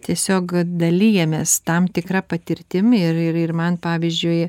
tiesiog dalijamės tam tikra patirtimi ir ir ir man pavyzdžiui